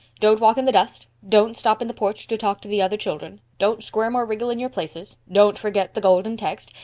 don't walk in the dust. don't stop in the porch to talk to the other children. don't squirm or wriggle in your places. don't forget the golden text.